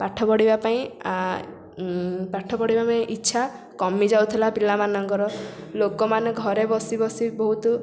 ପାଠ ପଢ଼ିବା ପାଇଁ ପାଠ ପଢ଼ିବା ପାଇଁ ଇଚ୍ଛା କମି ଯାଉଥିଲା ପିଲାମାନଙ୍କର ଲୋକମାନେ ଘରେ ବସିବସି ବହୁତ